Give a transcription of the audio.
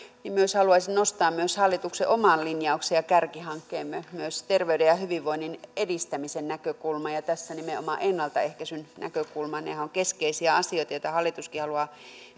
ja haluaisin nostaa myös hallituksen oman linjauksen ja kärkihankkeen terveyden ja hyvinvoinnin edistämisen näkökulman ja tässä nimenomaan ennaltaehkäisyn näkökulman nehän ovat keskeisiä asioita joita hallituskin haluaa